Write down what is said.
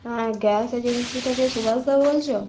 হ্যাঁ gas agency থেকে সুভাষদা বলছ